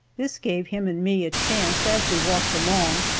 this gave him and me a chance, as we walked along,